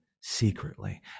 secretly